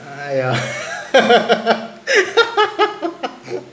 !aiya!